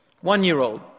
one-year-old